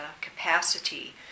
capacity